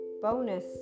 bonus